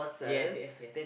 yes yes yes